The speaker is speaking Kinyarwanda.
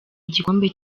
igikombe